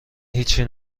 هیچی